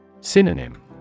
Synonym